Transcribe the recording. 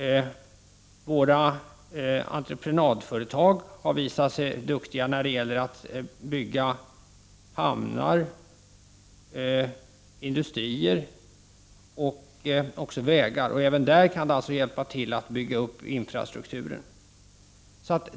Svenska entreprenadföretag har visat sig vara duktiga när det gäller att bygga hamnar, industrier och vägar, och även där kan vi hjälpa till att bygga upp infrastrukturen.